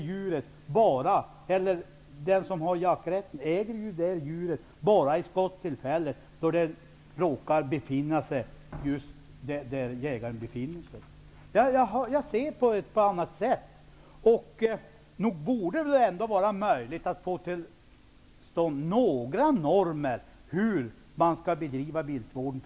Den som har jakträtten äger djuret bara vid skottillfället, då det råkar passera den plats där jägaren befinner sig. Nog borde det väl ändå vara möjligt att få till stånd några normer för hur man skall bedriva viltvården.